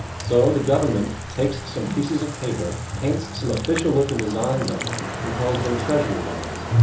so the government takes some pieces of paper, paints some official looking designs on them and calls them treasury bonds.